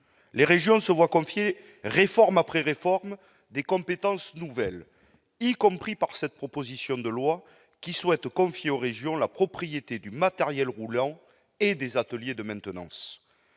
Les régions se voient attribuer, réforme après réforme, des compétences nouvelles, y compris par cette proposition de loi, qui prévoit de confier aux régions la propriété du matériel roulant et des ateliers de maintenance.